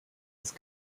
ist